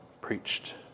preached